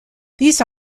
these